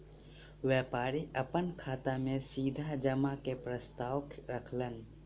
व्यापारी अपन खाता में सीधा जमा के प्रस्ताव रखलैन